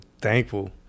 thankful